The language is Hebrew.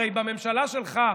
הרי בממשלה שלך,